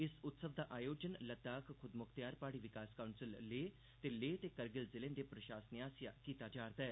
इस उत्सव दा आयोजन लद्दाख खुदमुख्तयार प्हाड़ी विकास काउंसल लेह ते लेह ते करगिल जिलें दे दे प्रशासनें आसेआ कीता जा'रदा ऐ